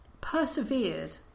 persevered